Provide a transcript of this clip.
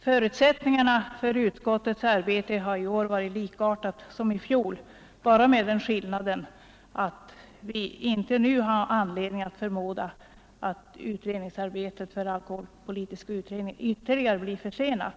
Förutsättningarna för utskottets arbete har i år varit likartade fjolårets, bara med den skillnaden att vi inte nu har anledning förmoda att alkoholpolitiska utredningens arbete blir ytterligare försenat.